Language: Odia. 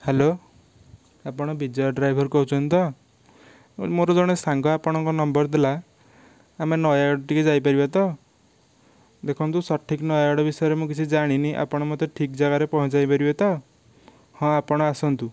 ହ୍ୟାଲୋ ଆପଣ ବିଜୟ ଡ୍ରାଇଭର କହୁଛନ୍ତି ତ ମୋର ଜଣେ ସାଙ୍ଗ ଆପଣଙ୍କ ନମ୍ବର ଦେଲା ଆମେ ନୟାଗଡ଼ ଟିକିଏ ଯାଇପାରିବା ତ ଦେଖନ୍ତୁ ସଠିକ୍ ନୟାଗଡ଼ ବିଷୟରେ ମୁଁ କିଛି ଜାଣିନି ଆପଣ ମୋତେ ଠିକ୍ ଜାଗାରେ ପହଁଞ୍ଚାଇ ପାରିବେ ତ ହଁ ଆପଣ ଆସନ୍ତୁ